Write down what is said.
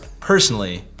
personally